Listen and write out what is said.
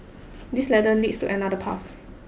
this ladder leads to another path